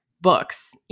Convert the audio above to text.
books